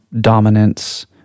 dominance